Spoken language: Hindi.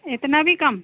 इतना भी कम